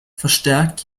verstärkt